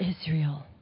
Israel